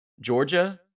georgia